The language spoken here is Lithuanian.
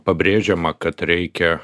pabrėžiama kad reikia